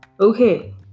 okay